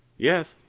yes.